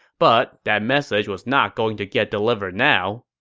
but that message was not going to get delivered now.